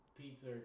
Pizza